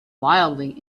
wildly